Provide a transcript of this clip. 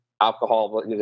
alcohol